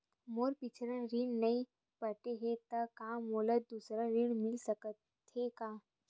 मोर पिछला ऋण नइ पटे हे त का मोला दुबारा ऋण मिल सकथे का?